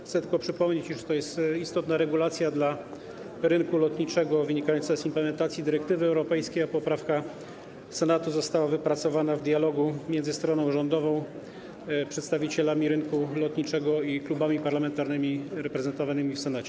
Chcę tylko przypomnieć, iż to jest istotna regulacja dla rynku lotniczego wynikająca z implementacji dyrektywy europejskiej, a poprawka Senatu została wypracowana w dialogu między stroną rządową, przedstawicielami rynku lotniczego i klubami parlamentarnymi reprezentowanymi w Senacie.